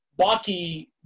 Baki